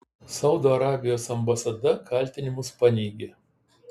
saudo arabijos ambasada kaltinimus paneigė